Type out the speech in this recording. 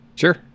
Sure